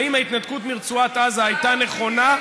האם ההתנתקות מרצועת עזה הייתה נכונה,